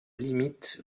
limite